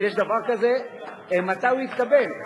אם יש דבר כזה, מתי הוא התקבל?